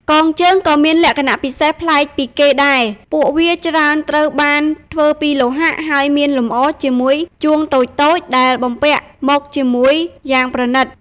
កងជើង ក៏មានលក្ខណៈពិសេសប្លែកពីគេដែរ។ ពួកវាច្រើនត្រូវបានធ្វើពីលោហៈ ហើយមានលម្អជាមួយ ជួងតូចៗ ដែលបំពាក់មកជាមួយយ៉ាងប្រណីត។